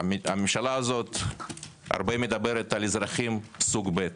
הממשלה הזו הרבה מדברת על אזרחים סוג ב'